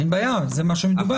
אין בעיה, זה מה שמדובר.